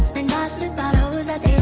then gossip about hoes that